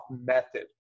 Method